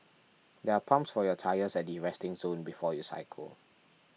there are pumps for your tyres at the resting zone before you cycle